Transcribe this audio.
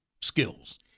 skills